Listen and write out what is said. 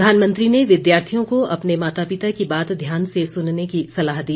प्रधानमंत्री ने विद्यार्थियों को अपने माता पिता की बात ध्यान से सुनने की सलाह दी